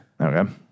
Okay